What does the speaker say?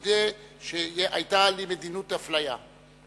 מודה שהיתה לי מדיניות אפליה,